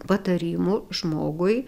patarimų žmogui